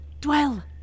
dwell